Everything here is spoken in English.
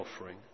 offering